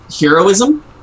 heroism